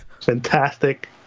fantastic